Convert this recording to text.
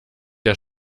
der